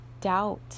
doubt